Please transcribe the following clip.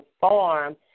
farm